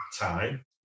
time